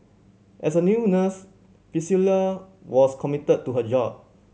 as a new nurse Priscilla was committed to her job